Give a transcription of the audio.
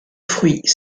fruits